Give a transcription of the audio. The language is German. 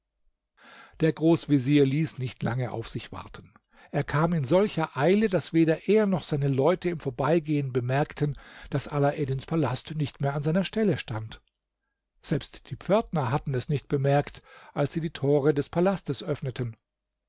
der großvezier ließ nicht lange auf sich warten er kam in solcher eile daß weder er noch seine leute im vorbeigehen bemerkten daß alaeddins palast nicht mehr an seiner stelle stand selbst die pförtner hatten es nicht bemerkt als sie die tore des palastes öffneten